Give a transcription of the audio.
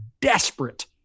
desperate